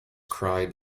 cried